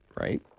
Right